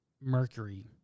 mercury